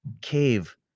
cave